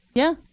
yeah.